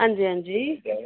हंजी हंजी